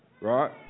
Right